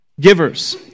givers